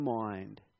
mind